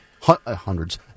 hundreds